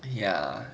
ya